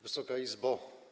Wysoka Izbo!